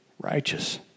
righteous